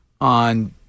on